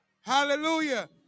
hallelujah